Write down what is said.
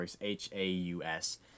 H-A-U-S